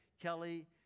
Kelly